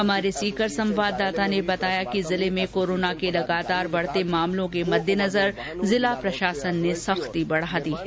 हमारे सीकर संवाददाता ने बताया कि जिले में कोरोना के लगातार बढ़ते मामलों के मद्देनजर जिला प्रशासन ने सख्ती बढा दी है